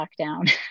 lockdown